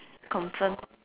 confirm